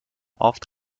oft